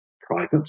private